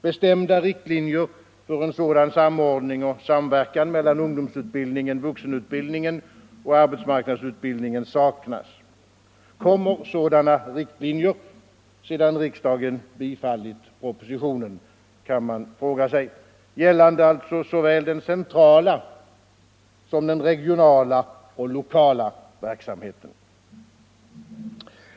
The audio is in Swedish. Bestämda riktlinjer för en sådan samordning och samverkan mellan ungdomsutbildningen, vuxenutbildningen och arbetsmarknadsutbildningen saknas. Kommer sådana riktlinjer sedan riksdagen bifallit propositionen, kan man fråga sig, gällande alltså såväl den centrala som den regionala och lokala verksamheten?